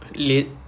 la~